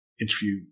interview